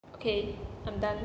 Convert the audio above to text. okay I'm done